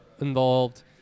involved